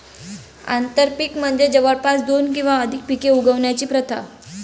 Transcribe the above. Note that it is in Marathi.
आंतरपीक म्हणजे जवळपास दोन किंवा अधिक पिके उगवण्याची प्रथा